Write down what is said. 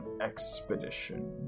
expedition